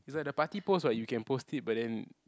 it's like the party post what you can post it but then